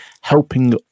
helping